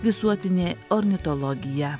visuotinė ornitologija